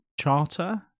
charter